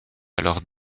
alors